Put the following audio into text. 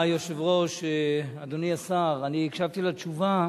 אדוני היושב-ראש, אדוני השר, אני הקשבתי לתשובה.